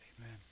Amen